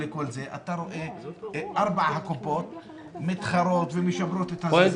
אתה רואה את ארבע הקופות מתחרות ומשפרות את השירות.